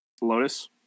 lotus